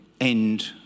end